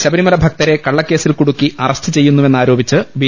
ശബരിമല ഭക്തരെ കള്ളക്കേസിൽക്കുടുക്കി അറസ്റ്റ് ചെയ്യു ന്നുവെന്നാരോപിച്ച് ബി